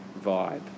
vibe